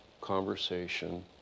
conversation